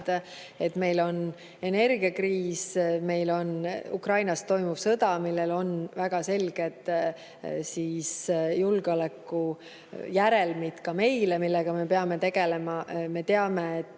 et meil on energiakriis ja meil on Ukrainas toimuv sõda, millel on väga selged julgeolekujärelmid ka meile, millega me peame tegelema.